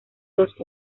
dos